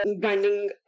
branding